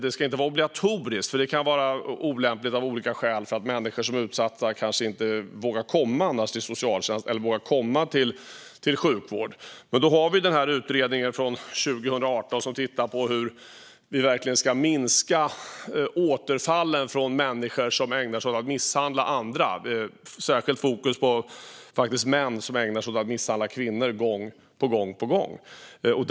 Det ska inte vara obligatoriskt - det kan vara olämpligt av olika skäl - för då vågar utsatta människor kanske inte komma till socialtjänsten eller sjukvården. Utredningen från 2018 tittade på hur vi ska minska återfallen hos människor som ägnar sig åt att misshandla andra. Fokus låg faktiskt särskilt på män som ägnar sig åt att gång på gång misshandla kvinnor.